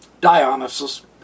Dionysus